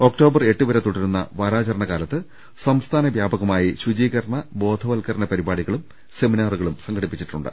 October ് എട്ടുവരെ തുടരുന്ന വാരാചര ണകാലത്ത് സംസ്ഥാന വ്യാപകമായി ശുചീകരണ ബോധവൽക്കരണ പരി പാടികളും സെമിനാറുകളും സംഘടിപ്പിച്ചിട്ടുണ്ട്